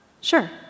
sure